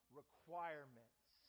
requirements